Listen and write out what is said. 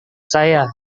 saya